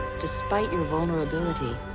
despite your vulnerability,